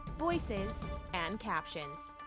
voices and captions.